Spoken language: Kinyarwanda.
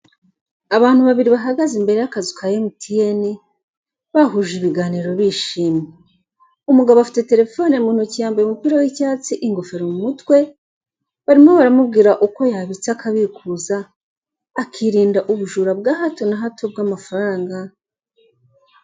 Abantu babiri bahagaze imbere y'akazu ka Emutiyeni, bahuje ibiganiro bishimye. Umugabo afite telefone mu ntoki yambaye umupira w'icyatsi, ingofero mu mutwe, barimo baramubwira uko yabitsa akabikuza, akirinda ubujura bwa hato na hato bw'amafaranga